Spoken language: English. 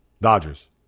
Dodgers